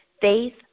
faith